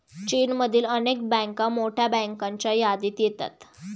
चीनमधील अनेक बँका मोठ्या बँकांच्या यादीत येतात